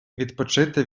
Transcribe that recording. відпочити